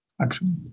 Excellent